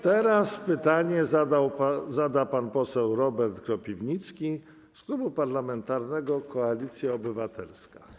Teraz pytanie zada pan poseł Robert Kropiwnicki z Klubu Parlamentarnego Koalicja Obywatelska.